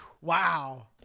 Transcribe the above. wow